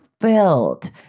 filled